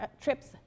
trips